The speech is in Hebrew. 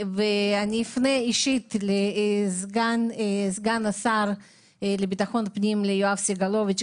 ואני אפנה אישית לסגן השר לביטחון הפנים יואב סגלוביץ',